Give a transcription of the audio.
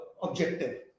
objective